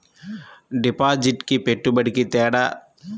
డిపాజిట్కి పెట్టుబడికి తేడా?